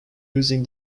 using